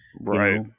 Right